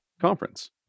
conference